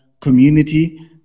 community